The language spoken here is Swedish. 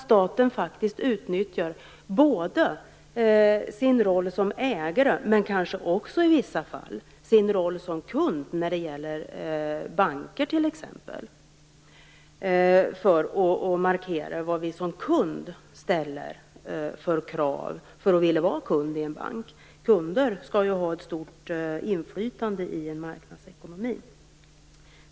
Staten bör faktiskt utnyttja både sin roll som ägare och i vissa fall kanske också sin roll som kund. Det kan t.ex. gälla beträffande banker, där man kan markera de krav som man som kund ställer för att stanna kvar som kund. Kunder skall ju ha ett stort inflytande i en marknadsekonomi.